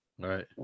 right